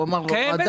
הוא אמר "הורדה".